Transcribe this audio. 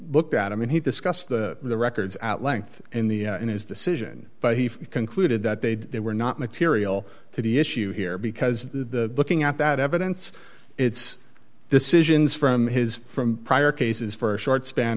looked at i mean he discussed the records at length in the in his decision but he concluded that they were not material to the issue here because the looking at that evidence its decisions from his from prior cases for a short span